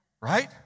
right